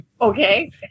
Okay